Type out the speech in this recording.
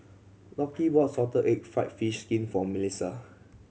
Lockie bought salted egg fried fish skin for Milissa